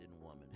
woman